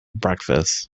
breakfast